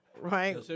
right